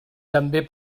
també